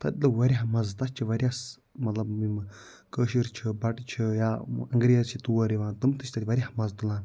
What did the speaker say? تَتہِ لوٚگ واریاہ مَزٕ تَتہِ چھِ واریاہ سہ مطلب یِمہٕ کٲشِر چھِ بَٹہٕ چھِ یا اَنٛگریٖز چھِ تور یِوان تِم تہِ چھِ تَتہِ واریاہ مَزٕ تُلان